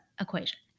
equation